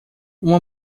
uma